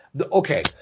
okay